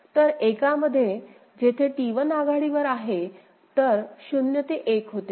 तर एकामध्ये जेथे T1 आघाडीवर आहे तर 0 ते 1 होते